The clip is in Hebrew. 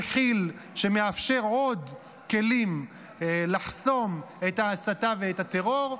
שמאפשר עוד כלים לחסום את ההסתה ואת הטרור,